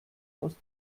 aus